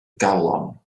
galon